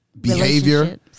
behavior